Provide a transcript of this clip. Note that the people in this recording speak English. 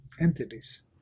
entities